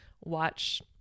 watch